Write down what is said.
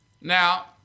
Now